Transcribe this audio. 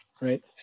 right